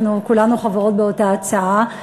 אנחנו כולנו חברות באותה הצעה,